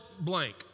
blank